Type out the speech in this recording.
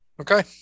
Okay